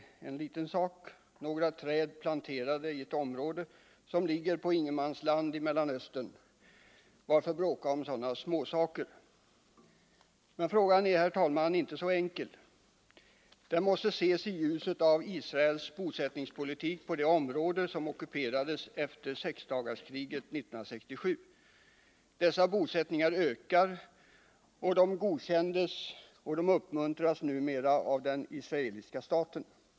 Varför bråka om sådana småsaker som några träd planterade i ett område som ligger på ingenmansland i Mellanöstern? Men frågan är, herr talman, inte så enkel. Den måste ses i ljuset av Israels bosättningspolitik på det område som ockuperades efter sexdagarskriget 1967. Dessa bosättningar ökar, och de godkänns och uppmuntras numera av den israeliska staten.